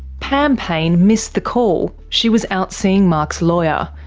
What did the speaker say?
pam payne missed the call, she was out seeing mark's lawyer.